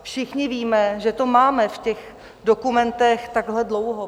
Všichni víme, že to máme v těch dokumentech takhle dlouho.